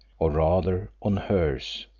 or rather on hers,